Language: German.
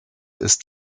ist